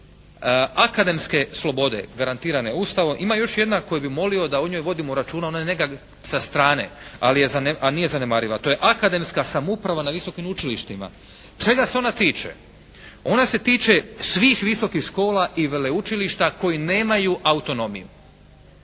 ima još jedna koju bih molio da o njoj vodimo računa, ona je nekako sa strane, ali nije zanemariva. To je akademska samouprava na visokim učilištima. Čega se ona tiče? Ona se tiče svih visokih škola i veleučilišta koji nemaju autonomiju.